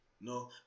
No